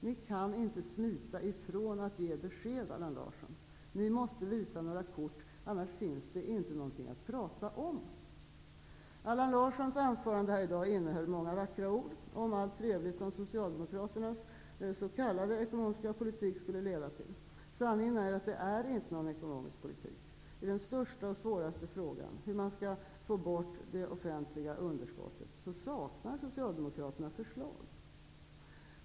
Ni kan inte smita från att ge beksed, Allan Larsson. Ni måste visa några kort, annars finns det inte något att tala om. Allan Larssons anförande här i dag innehöll många vackra ord om allt trevligt som Socialdemokraternas s.k. ekonomiska politik skulle leda till. Men sanningen är att det inte är någon ekonomisk politik! I den största och svåraste frågan -- hur man skall få bort det offentliga underskottet -- saknar Socialdemokraterna förslag.